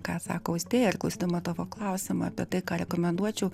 ką sako austėja ir klausydama tavo klausiamą apie tai ką rekomenduočiau